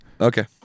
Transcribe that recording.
Okay